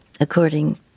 according